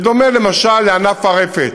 בדומה, למשל, לענף הרפת: